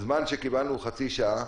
הזמן שקיבלנו הוא חצי שעה,